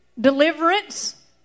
deliverance